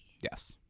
Yes